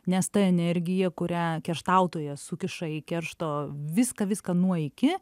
nes ta energija kurią kerštautojas sukiša į keršto viską viską nuo iki